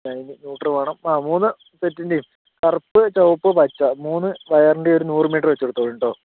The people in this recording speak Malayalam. അതിനു ന്യൂട്രൽ വേണം ആ മൂന്ന് സെറ്റിൻ്റേയും കറുപ്പ് ചുവപ്പ് പച്ച മൂന്ന് വയറിൻ്റേയും ഒരു നൂറു മീറ്റർ വച്ചു എടുത്തോളൂ കേട്ടോ